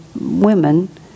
women